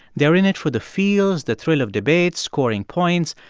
they're in it for the feels, the thrill of debate, scoring points.